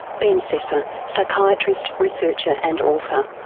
ben sessa, psychiatrist, researcher and author.